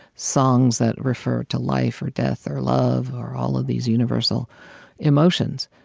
songs that refer to life or death or love or all of these universal emotions.